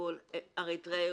מסתנן מאריתריאה,